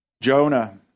Jonah